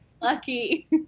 lucky